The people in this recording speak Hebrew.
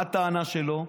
מה הטענה שלו?